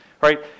Right